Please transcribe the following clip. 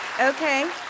Okay